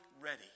ready